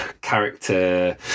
character